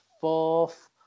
fourth